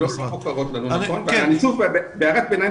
הערת ביניים.